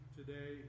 today